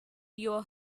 your